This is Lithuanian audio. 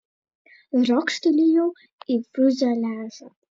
driokstelėjau į fiuzeliažą